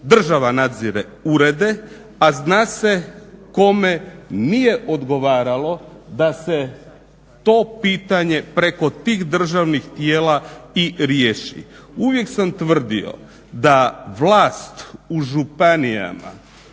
Država nadzire urede, a zna se kome nije odgovaralo da se to pitanje, preko tih državnih tijela i riješi. Uvijek sam tvrdio da vlas u županijama